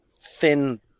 thin